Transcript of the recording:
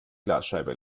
glasscheibe